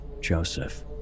Joseph